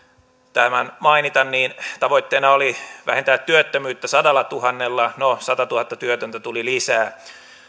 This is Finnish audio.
tämän mainita niin tavoitteena oli vähentää työttömyyttä sadallatuhannella no satatuhatta työtöntä tuli lisää